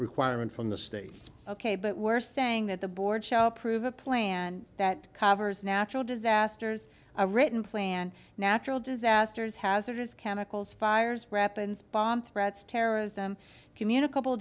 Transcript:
requirement from the state ok but we're saying that the board show approve a plan that covers natural disasters a written plan natural disasters hazardous chemicals fires rapin spawn threats terrorism communicable